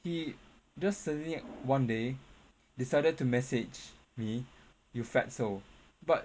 he just suddenly one day decided to message me you fatso but